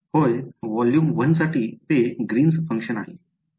होय व्हॉल्यूम 1 साठी ते ग्रीन्स फंक्शन आहे